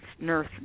nurse